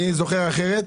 אני זוכר אחרת.